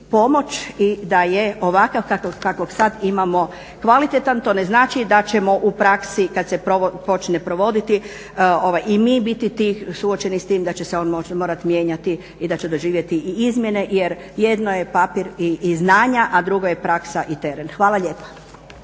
i da je ovakav kakvog sad imamo kvalitetan. To ne znači da ćemo u praksi kad se počne provoditi i mi biti suočeni s tim da će se on možda morati mijenjati i da će doživjeti i izmjene. Jer jedno je papir i znanja a drugo je praksa i teren. Hvala lijepa.